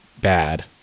bad